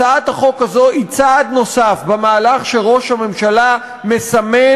הצעת החוק הזאת היא צעד נוסף במהלך שראש הממשלה מסמן,